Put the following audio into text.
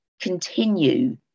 continue